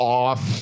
off